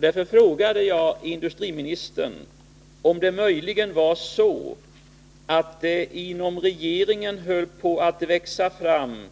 Därför frågade jag industriministern, om det möjligen inom regeringen höll på att växa fram